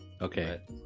okay